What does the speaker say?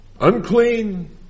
Unclean